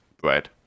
bread